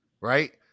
right